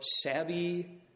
savvy